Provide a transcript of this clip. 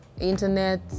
internet